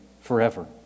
forever